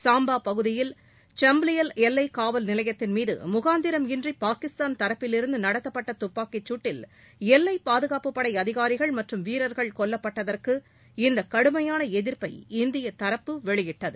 சாம்பா பகுதியில் சம்பிலியால் எல்லை காவல் நிலையத்தின் மீது முகாந்திரம் இன்றி பாகிஸ்தான் தரப்பிலிருந்து நடத்தப்பட்ட துப்பாக்கிக்சூட்டில் எல்லைப் பாதுகாப்புப்படை அதிகாரிகள் மற்றும் வீரர்கள் கொல்லப்பட்டதற்கு இந்த கடுமையான எதிர்ப்பை இந்திய தரப்பு வெளியிட்டது